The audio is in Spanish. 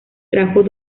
trajo